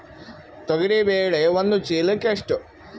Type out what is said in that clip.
ತೊಗರಿ ಬೇಳೆ ಒಂದು ಚೀಲಕ ಎಷ್ಟು?